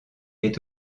est